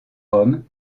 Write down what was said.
rome